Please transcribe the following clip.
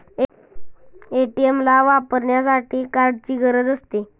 ATM ला वापरण्यासाठी कार्डची गरज असते